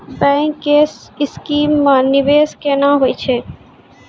Bank के scheme मे निवेश केना होय छै?